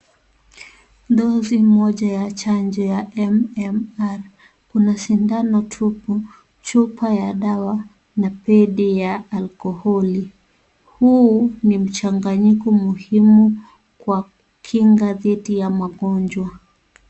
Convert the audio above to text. Dozi moja ya chanjo ya MMR . Kuna sindano tupu, chupa ya dawa na pedi ya alkoholi. Huu ni mchanganyiko muhimu kwa kinga dithi ya magonjwa.